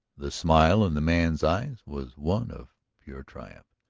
the smile in the man's eyes was one of pure triumph.